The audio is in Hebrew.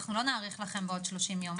אנחנו לא נאריך לכם בעוד 30 יום פה.